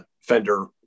Fender